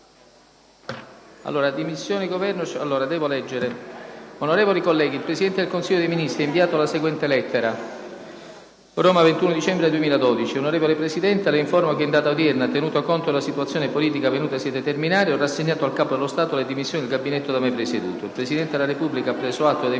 "Il link apre una nuova finestra"). Onorevoli colleghi, il Presidente del Consiglio dei ministri ha inviato la seguente lettera: «Roma, 21 dicembre 2012 Onorevole Presidente, La informo che in data odierna, tenuto conto della situazione politica venutasi a determinare, ho rassegnato al Capo dello Stato le dimissioni del Gabinetto da me presieduto. Il Presidente della Repubblica ha preso atto e ha invitato